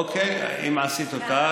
אוקיי, אם עשית אותה